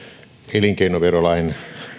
elinkeinoverolain